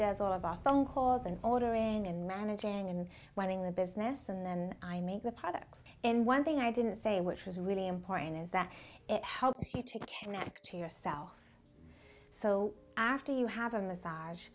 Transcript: does all of our phone calls and ordering and managing and running the business and then i make the products and one thing i didn't say which was really important is that it helps you to get back to your cell so after you have a massage